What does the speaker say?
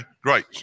Great